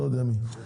אולי יש לכם תשובות,